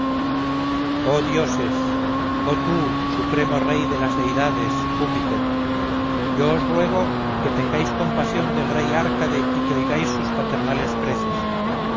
dioses y oh tú supremo rey de las deidades júpiter yo os ruego que tengáis compasión del rey árcade y que oigáis sus paternales preces